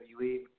WWE